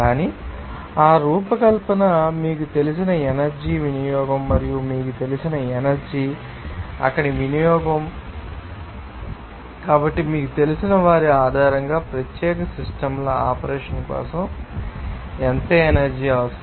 కానీ ఆ రూపకల్పన మీకు తెలిసిన ఎనర్జీ వినియోగం మరియు మీకు తెలిసిన ఎనర్జీ అక్కడ వినియోగం మీకు తెలిసిన వాటికి సంబంధించినది కాబట్టి మీకు తెలిసిన వారి ఆధారంగా ప్రత్యేక సిస్టమ్ ల ఆపరేషన్ కోసం ఎంత ఎనర్జీ అవసరం